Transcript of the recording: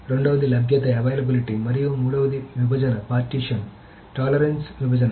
రెండవది లభ్యత మరియు మూడవది విభజన టాలరెన్స్ విభజన